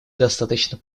достаточно